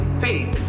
faith